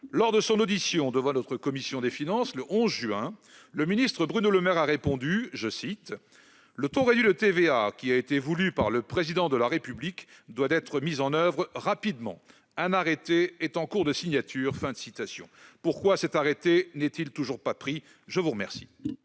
Lors de son audition devant la commission des finances, le 11 juin, le ministre Bruno Le Maire répondait en ces termes :« Le taux réduit de TVA, qui a été voulu par le Président de la République, doit être mis en oeuvre rapidement. Un arrêté est en cours de signature. » Pourquoi cet arrêté n'est-il toujours pas pris ? La parole